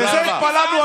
ולזה התפללנו אלפיים שנה.